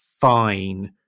fine